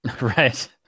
Right